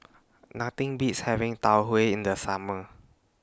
Nothing Beats having Tau Huay in The Summer